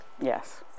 Yes